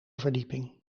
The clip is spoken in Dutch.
verdieping